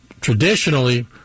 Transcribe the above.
traditionally